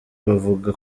bavuga